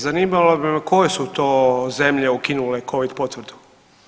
Zanimalo bi me koje su to zemlje ukinule Covid potvrdu?